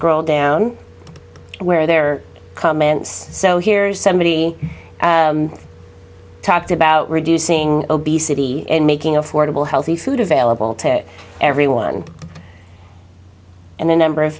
scroll down where there are comments so here's somebody talked about reducing obesity and making affordable healthy food available to everyone and the number of